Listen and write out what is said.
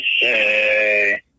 say